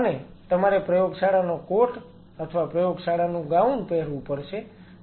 અને તમારે પ્રયોગશાળાનો કોટ અથવા પ્રયોગશાળાનું ગાઉન પહેરવું પડશે જેને પણ તમે અનુસરી રહ્યા છો